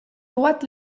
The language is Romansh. tuot